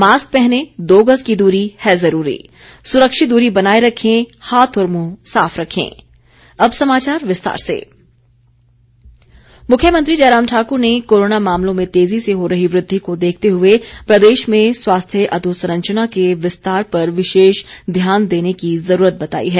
mask पहनें दो गज दूरी है जरूरी सुरक्षित दूरी बनाये रखें हाथ और मुंह साफ रखें मुख्यमंत्री मुख्यमंत्री जयराम ठाकुर ने कोरोना मामलों में तेजी से हो रही वृद्धि को देखते हुए प्रदेश में स्वास्थ्य अधोसंरचना के विस्तार पर विशेष ध्यान देने की ज़रूरत बताई है